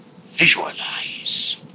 visualize